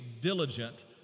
diligent